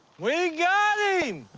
we got